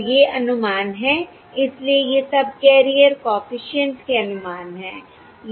तो ये अनुमान हैं इसलिए ये सबकैरियर कॉफिशिएंट के अनुमान हैं